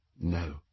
No